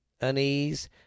Unease